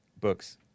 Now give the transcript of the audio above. books